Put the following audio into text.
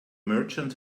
merchant